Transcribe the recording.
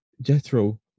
Jethro